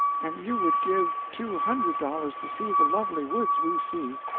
and you would give two hundred dollars to see the lovely woods we see.